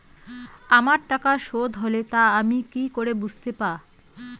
আমার টাকা শোধ হলে তা আমি কি করে বুঝতে পা?